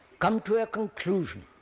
come to a conclusion,